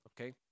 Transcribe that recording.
Okay